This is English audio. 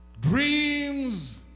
Dreams